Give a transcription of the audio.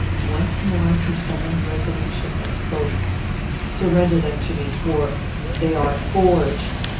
once more he summoned resolution, and spoke surrender them to me for they are forged!